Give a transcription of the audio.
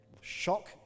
Shock